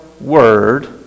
word